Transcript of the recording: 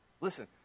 Listen